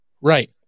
right